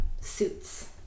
suits